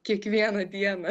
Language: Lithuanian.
kiekvieną dieną